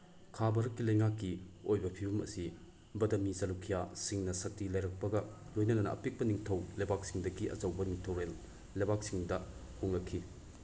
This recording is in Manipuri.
ꯈꯥ ꯚꯥꯔꯠꯀꯤ ꯂꯩꯉꯥꯛꯀꯤ ꯑꯣꯏꯕ ꯐꯤꯕꯝ ꯑꯁꯤ ꯕꯗꯃꯤ ꯆꯂꯨꯀ꯭ꯌꯥꯁꯤꯡꯅ ꯁꯛꯇꯤ ꯂꯩꯔꯛꯄꯒ ꯂꯣꯏꯅꯅ ꯑꯄꯤꯛꯄ ꯅꯤꯡꯊꯧ ꯂꯩꯕꯥꯛꯁꯤꯡꯗꯒꯤ ꯑꯆꯧꯕ ꯅꯤꯡꯊꯧꯔꯦꯜ ꯂꯩꯕꯥꯛꯁꯤꯡꯗ ꯍꯣꯡꯂꯛꯈꯤ